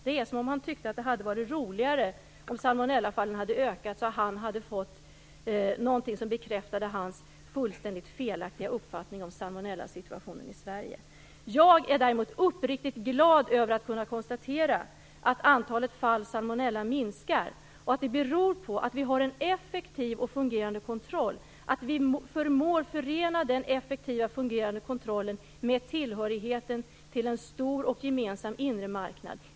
Det är som om han tyckte att det hade varit roligare om salmonellafallen hade ökat, så att han hade fått någonting som bekräftar hans fullständigt felaktiga uppfattning om salmonellasituationen i Sverige. Jag är däremot uppriktigt glad över att kunna konstatera att antalet salmonellafall minskar beroende på vår effektiva och fungerande kontroll, och att vi förmår förena denna effektiva och fungerande kontroll med tillhörigheten till en stor och gemensam inre marknad.